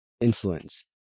influence